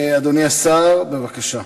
אדוני השר, בבקשה.